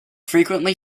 frequently